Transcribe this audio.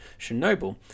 Chernobyl